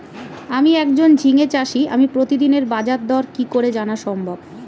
আমি একজন ঝিঙে চাষী আমি প্রতিদিনের বাজারদর কি করে জানা সম্ভব?